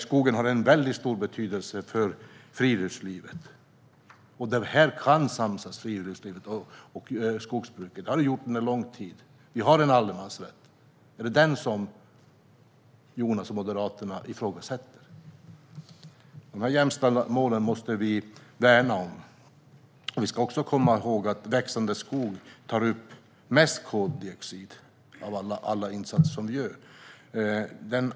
Skogen har stor betydelse för friluftslivet. Skogsbruket och friluftslivet kan samsas och har gjort det under lång tid. Vi har en allemansrätt. Är det denna som Jonas och Moderaterna ifrågasätter? Dessa jämställda mål måste vi värna om. Vi ska också komma ihåg att av alla insatser som görs tar växande skog upp mest koldioxid.